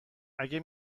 اگه